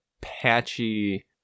patchy